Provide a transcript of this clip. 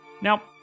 Now